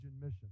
mission